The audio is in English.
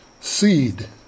Seed